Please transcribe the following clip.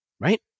right